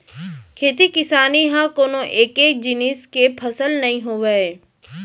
खेती किसानी ह कोनो एके जिनिस के फसल नइ होवय